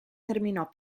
terminò